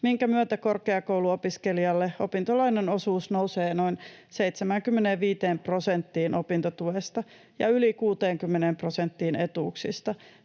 minkä myötä korkeakouluopiskelijalla opintolainan osuus nousee noin 75 prosenttiin opintotuesta ja yli 60 prosenttiin etuuksista,